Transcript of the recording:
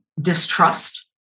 distrust